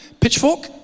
pitchfork